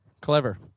Clever